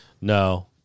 No